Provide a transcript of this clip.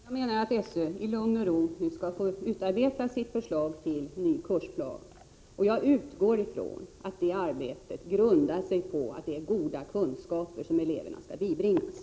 Herr talman! Jag menar att SÖ nu i lugn och ro skall få utarbeta sitt förslag till ny kursplan. Jag utgår från att det arbetet grundar sig på att det är goda kunskaper som eleverna skall bibringas.